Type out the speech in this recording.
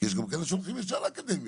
יש גם כאלה שהולכות ישר לאקדמיה,